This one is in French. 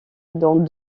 dans